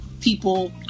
people